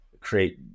create